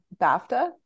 BAFTA